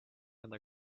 other